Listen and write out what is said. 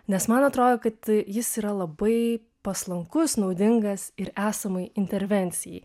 nes man atrodo kad jis yra labai paslankus naudingas ir esamai intervencijai